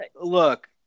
look